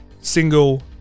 single